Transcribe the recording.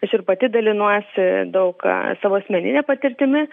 aš ir pati dalinuosi daug savo asmenine patirtimi